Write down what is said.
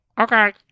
Okay